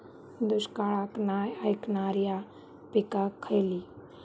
दुष्काळाक नाय ऐकणार्यो पीका खयली?